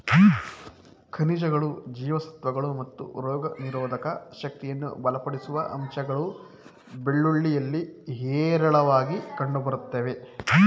ಖನಿಜಗಳು ಜೀವಸತ್ವಗಳು ಮತ್ತು ರೋಗನಿರೋಧಕ ಶಕ್ತಿಯನ್ನು ಬಲಪಡಿಸುವ ಅಂಶಗಳು ಬೆಳ್ಳುಳ್ಳಿಯಲ್ಲಿ ಹೇರಳವಾಗಿ ಕಂಡುಬರ್ತವೆ